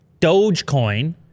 Dogecoin